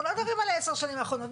אנחנו לא מדברים על עשר השנים האחרונות.